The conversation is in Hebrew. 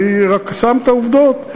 אני רק שם את העובדות.